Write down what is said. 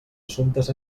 assumptes